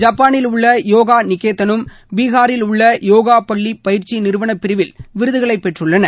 ஜப்பானில் உள்ள யோகா நிகேதனும் பீனரில் உள்ள யோகா பள்ளியும் பயிற்சி நிறுவனப் பிரிவில் விருதுகளைப் பெற்றுள்ளன